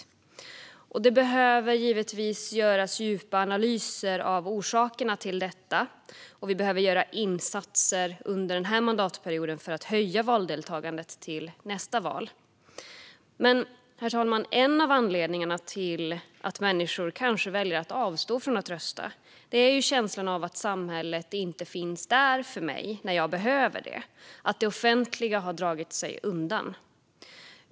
Det behöver givetvis göras djupa analyser av orsakerna till detta, och vi behöver göra insatser under den här mandatperioden för att höja valdeltagandet till nästa val. Herr talman! En av anledningarna till att människor kanske väljer att avstå från att rösta är känslan av att det offentliga inte finns där när jag behöver det, att det har dragit sig undan.